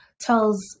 tells